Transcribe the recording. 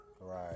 right